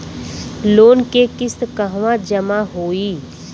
Loan के किस्त कहवा जामा होयी?